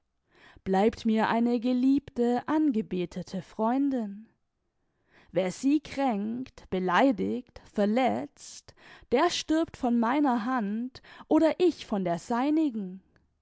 bleibt mir eine geliebte angebetete freundin wer sie kränkt beleidiget verletzt der stirbt von meiner hand oder ich von der seinigen